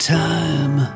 time